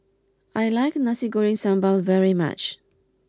I like Nasi Goreng Sambal very much